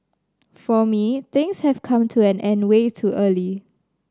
for me things have come to an end way too early